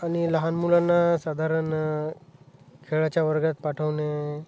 आणि लहान मुलांना साधारण खेळाच्या वर्गात पाठवणे